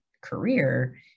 career